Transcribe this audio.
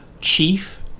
chief